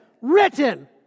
written